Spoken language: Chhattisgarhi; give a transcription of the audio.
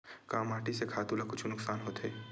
का माटी से खातु ला कुछु नुकसान होथे?